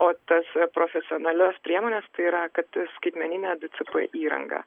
o tas profesionalios priemonės tai yra kad skaitmeninė d c p įranga